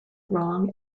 wrong